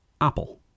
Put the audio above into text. Apple